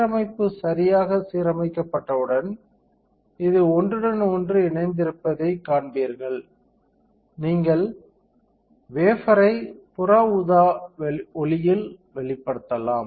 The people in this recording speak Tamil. சீரமைப்பு சரியாக சீரமைக்கப்பட்டவுடன் இது ஒன்றுடன் ஒன்று இணைந்திருப்பதைக் காண்பீர்கள் நீங்கள் வேஃபர்ரை புற ஊதா ஒளியில் வெளிப்படுத்தலாம்